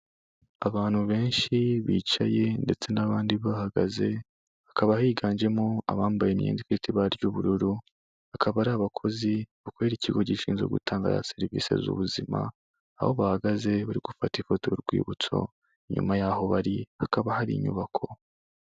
Abantu benshi bicaye ndetse n'abandi bahagaze, hakaba higanjemo abambaye imyenda iri mu ibara ry'ubururu, akaba ari abakozi bakorera ikigo gishinzwe gutanga serivisi z'ubuzima, aho bahagaze bari gufata ifoto y'urwibutso, nyuma y'aho bari hakaba hari inyubako.